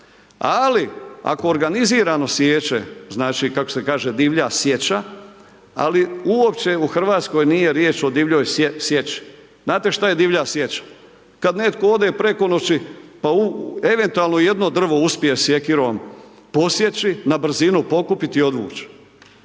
ali ako organizirano siječe, znači kako se kaže divlja sječa, ali uopće u Hrvatskoj nije riječ o divljoj sječi, znate šta je divlja sječa kad netko ode preko noći pa eventualno jedno drvo uspije sjekirom posjeći, na brzinu pokupiti i odvuć,